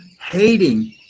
hating